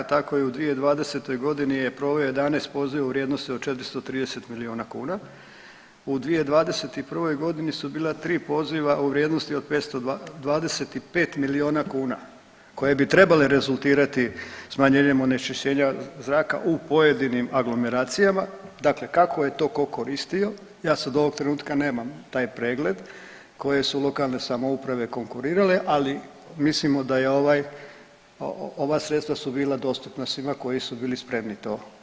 Tako i u 2020.g. je proveo 11 poziva u vrijednosti od 430 milijuna kuna, u 2021.g. su bila tri poziva u vrijednosti od 525 milijuna kuna koje bi trebale rezultirati smanjenjem onečišćenja zraka u pojedinim aglomeracijama dakle, kako je to ko koristio, ja sad ovog trenutka nemam taj pregled koje su lokalne samouprave konkurirale, ali mislim da su ova sredstva bila dostupna svima koji su bili spremni to koristiti.